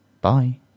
bye